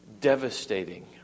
devastating